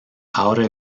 ahora